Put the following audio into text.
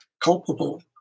culpable